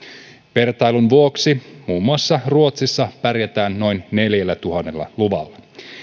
vertailun vuoksi muun muassa ruotsissa pärjätään noin neljällätuhannella luvalla